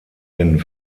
den